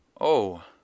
Oh